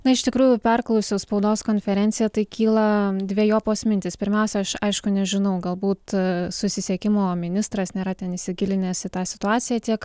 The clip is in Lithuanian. na iš tikrųjų perklausiau spaudos konferenciją tai kyla dvejopos mintys pirmiausia aš aišku nežinau galbūt susisiekimo ministras nėra ten įsigilinęs į tą situaciją tiek